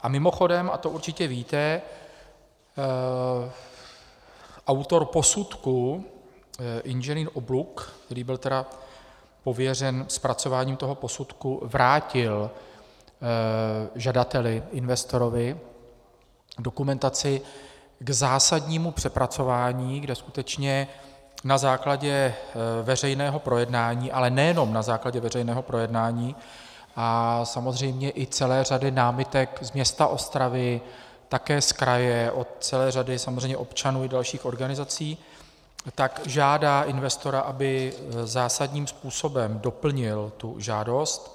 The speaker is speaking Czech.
A mimochodem, to určitě víte, autor posudku Ing. Obluk, který byl pověřen zpracováním toho posudku, vrátil žadateli, investorovi, dokumentaci k zásadnímu přepracování, kde skutečně na základě veřejného projednání, ale nejenom na základě veřejného projednání, samozřejmě i celé řady námitek z města Ostrava, také z kraje, od celé řady občanů a dalších organizací, tak žádá investora, aby zásadním způsobem doplnil tu žádost.